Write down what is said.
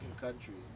countries